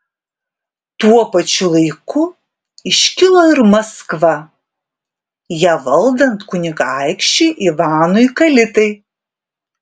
tuo pačiu laiku iškilo ir maskva ją valdant kunigaikščiui ivanui kalitai